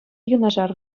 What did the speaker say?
юнашар